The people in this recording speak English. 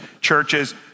churches